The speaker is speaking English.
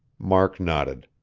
mark nodded.